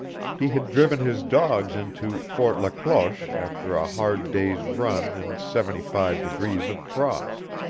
he had driven his dogs into fort la cloche after a hard day's run in seventy-five degrees of frost.